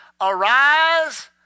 Arise